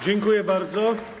Dziękuję bardzo.